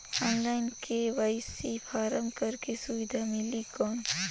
Online KYC form करेके सुविधा मिली कौन?